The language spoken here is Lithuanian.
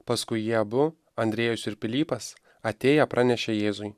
paskui jie abu andriejus ir pilypas atėję pranešė jėzui